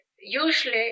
usually